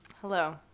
hello